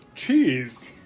Cheese